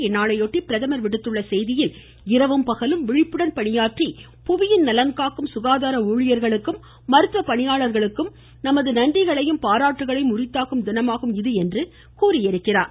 இந்நாளையொட்டி பிரதமர் விடுத்துள்ள செய்தியில் இரவும் பகலும் விழிப்புடன் பணியாற்றி புவியின் நலன் காக்கும் சுகாதார ஊழியர்களுக்கும் மருத்துவ பணியாளர்களுக்கும் நமது நன்றிகளையும் பாராட்டுகளையும் உரித்தாக்கும் தினமாகும் இது என்று தெரிவித்துள்ளார்